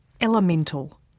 Elemental